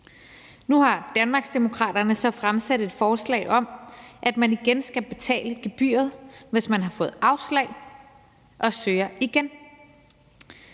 Nu har Danmarksdemokraterne så fremsat et forslag om, at man igen skal betale gebyret, hvis man har fået afslag og søger igen.